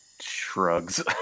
shrugs